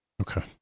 Okay